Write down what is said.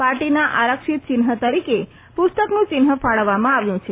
પાર્ટીના આરક્ષિત ચિન્હ તરીકે પુસ્તકનું ચિન્હ ફાળવવામાં આવ્યું છે